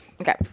Okay